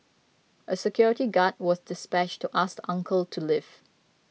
a security guard was dispatched to ask uncle to leave